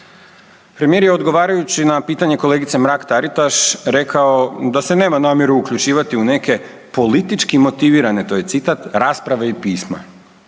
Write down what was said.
Premijer je odgovarajući na pitanje kolegice Mrak Taritaš rekao da se nema namjeru uključivati u neke politički motivirane to je citat, rasprave i pisma.